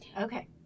Okay